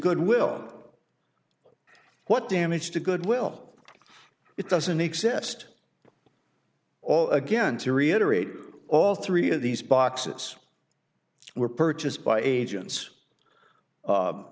goodwill what damage to goodwill it doesn't exist all again to reiterate all three of these boxes were purchased by agents